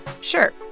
Sure